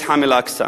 מתחם אל-אקצא.